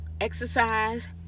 exercise